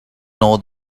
know